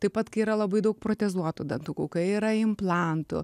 taip pat kai yra labai daug protezuotų dantukų kai yra implantų